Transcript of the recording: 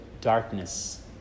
darkness